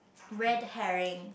red herring